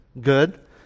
good